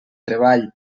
treball